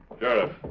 Sheriff